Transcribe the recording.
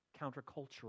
countercultural